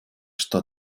что